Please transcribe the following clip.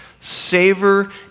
savor